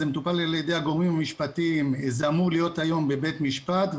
זה מטופל על-ידי הגורמים המשפטיים וזה אמור להיות היום בבית המשפט.